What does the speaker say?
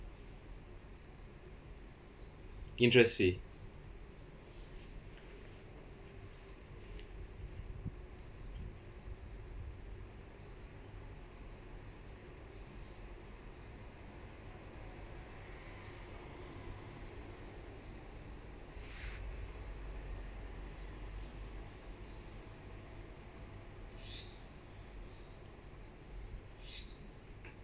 interest fee